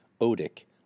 odic